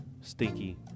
stinky